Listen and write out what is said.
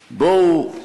בואו,